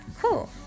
Cool